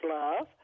love